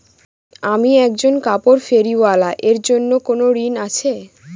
আমি একজন কাপড় ফেরীওয়ালা এর জন্য কোনো ঋণ আছে?